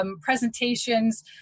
presentations